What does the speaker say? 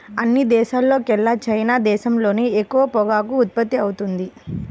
అన్ని దేశాల్లోకెల్లా చైనా దేశంలోనే ఎక్కువ పొగాకు ఉత్పత్తవుతుంది